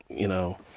you know,